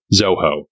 Zoho